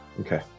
Okay